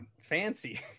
Fancy